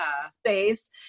space